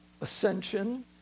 ascension